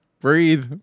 breathe